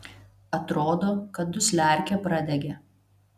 atrodo kad dusliarkė pradegė